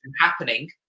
happening